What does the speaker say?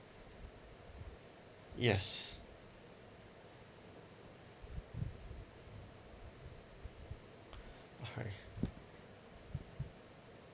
yes okay